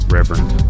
Reverend